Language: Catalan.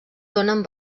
donen